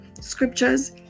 scriptures